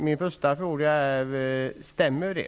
Min första fråga är: Stämmer det?